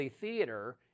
Theater